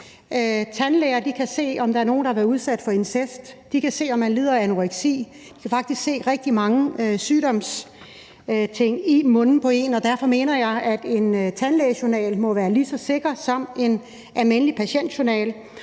Tandlæger kan se, om der er nogen, der har været udsat for incest; de kan se, om man lider af anoreksi; de kan faktisk se rigtig mange sygdomme i munden på en. Derfor mener jeg, at en tandlægejournal må være ligeså sikker som en almindelig patientjournal,